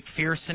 McPherson